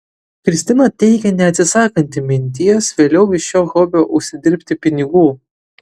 kristina teigė neatsisakanti minties vėliau iš šio hobio užsidirbti pinigų